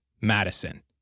Madison